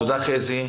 תודה, חזי.